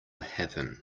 happen